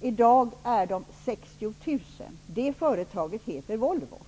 I dag är de 60 000. Det företaget heter Volvo.